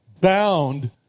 bound